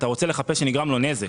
אתה רוצה לחפש שנגרם לו נזק,